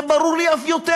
זה ברור לי אף יותר,